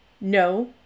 No